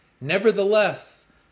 nevertheless